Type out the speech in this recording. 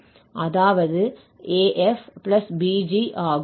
அதாவது af bg ஆகும்